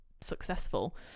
successful